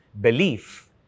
Belief